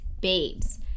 babes